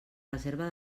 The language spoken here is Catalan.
reserva